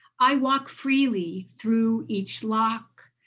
i walk freely through each lock,